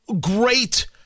Great